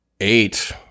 eight